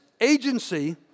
agency